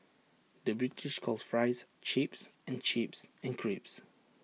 the British calls Fries Chips and chips and crisps